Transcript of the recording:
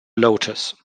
lotus